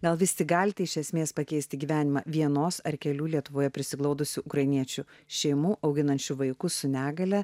gal vis tik galite iš esmės pakeisti gyvenimą vienos ar kelių lietuvoje prisiglaudusių ukrainiečių šeimų auginančių vaikus su negalia